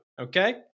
Okay